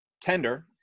tender